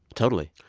totally.